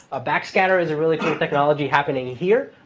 ah backscatter is a really cool technology happening here.